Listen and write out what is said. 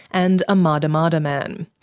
and a marda marda man.